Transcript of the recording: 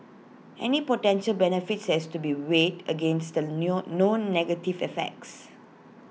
any potential benefits has to be weighed against the known negative effects